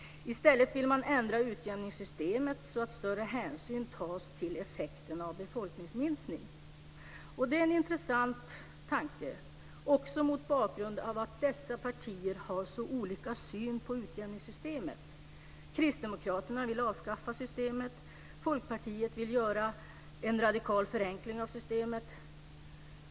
I stället vill man ändra utjämningssystemet så att större hänsyn tas till effekterna av befolkningsminskningen. Det är en intressant tanke mot bakgrund av att dessa partier har så olika syn på utjämningssystemet. Kristdemokraterna vill avskaffa systemet, Folkpartiet vill göra en radikal förenkling av systemet.